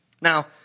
Now